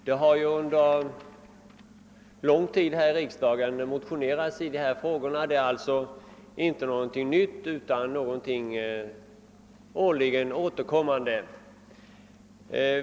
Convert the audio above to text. Herr talman! Det har här i riksdagen under lång tid motionerats i dessa frågor. Det är alltså intet nytt utan någonting årligen återkommande.